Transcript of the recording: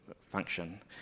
function